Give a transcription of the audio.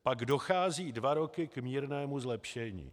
Pak dochází dva roky k mírnému zlepšení.